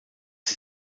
sie